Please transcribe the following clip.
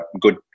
good